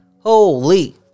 Holy